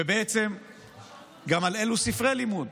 ובעצם גם על אילו ספרי לימוד